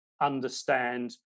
understand